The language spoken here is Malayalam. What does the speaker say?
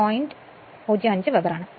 05 വെബർ ആണ്